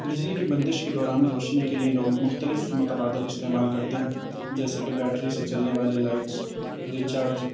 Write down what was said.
بجلی کی بندش کے دوران روشنی کے لیے لوگ مختلف متبادل استعمال کرتے ہیں جیسے کہ بیٹری سے چلنے والے لائٹس ریچارج